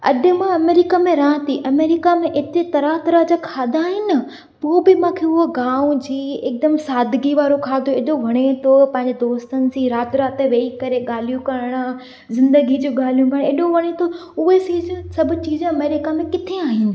अॼु मां अमरीका में रहां थी अमेरिका में एतिरे तरह तरह जा खाधा आहिनि पोइ उहो बि मूंखे उहो गाँव जी एक दम सादगी वारो खाधो एॾो वणे थो पंहिंजे दोस्तनि सां राति राति वेही करे ॻाल्हियूं करणु ज़िंदगी जी ॻाल्हियूं करणु एॾो वणे थो उहे सीज सभु चीज अमेरिका में किथे आहिनि